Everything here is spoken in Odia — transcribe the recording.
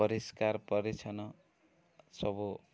ପରିଷ୍କାର ପରିଚ୍ଛନ ସବୁ